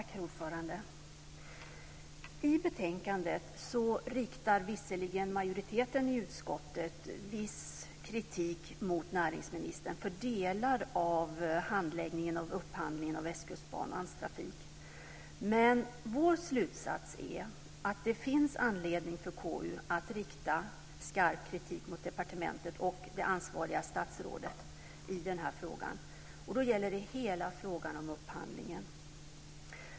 Herr talman! I betänkandet riktar visserligen majoriteten i utskottet viss kritik mot näringsministern för delar av handläggningen av upphandlingen av Västkustbanans trafik, men vår slutsats är att det finns anledning för KU att rikta skarp kritik mot departementet och det ansvariga statsrådet i frågan. Det gäller då hela frågan om upphandlingen.